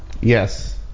Yes